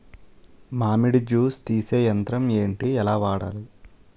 మామిడి జూస్ తీసే యంత్రం ఏంటి? ఎలా వాడాలి?